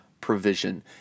provision